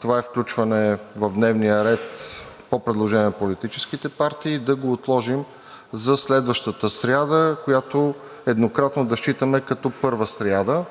това е включване в дневния ред по предложение на политическите партии, да го отложим за следващата сряда, която еднократно да считаме като първа сряда,